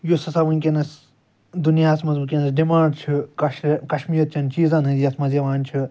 یُس ہَسا وُنٛکیٚس دُنیاہَس مَنٛز وُنٛکیٚس ڈِمانٛڈ چھِ کشمیٖرچَن چیٖزَن ہٕنٛز یتھ مَنٛز یِوان چھِ